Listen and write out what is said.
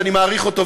שאני מעריך אותו,